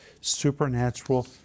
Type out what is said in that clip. supernatural